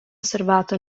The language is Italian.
osservato